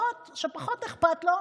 שפחות אכפת לו,